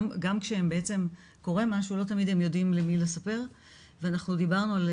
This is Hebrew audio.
גם כשקורה משהו הם לא תמיד יודעים למי לספר ואנחנו דיברנו על